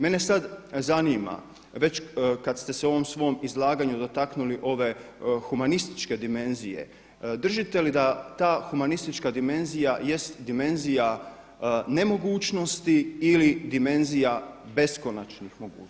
Mene sada zanima, već kada ste se u ovom svom izlaganju dotaknuli ove humanističke dimenzije, držite li da ta humanistička dimenzija jest dimenzija nemogućnosti ili dimenzija beskonačnih mogućnosti?